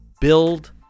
build